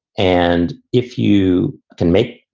and if you can make,